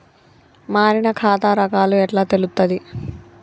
మారిన ఖాతా రకాలు ఎట్లా తెలుత్తది?